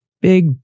big